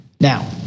Now